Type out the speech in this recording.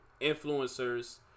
influencers